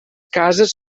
cases